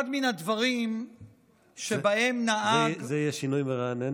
אחד מן הדברים שבהם, זה יהיה שינוי מרענן.